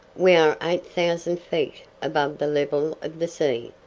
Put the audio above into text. we are eight thousand feet above the level of the sea.